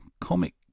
comic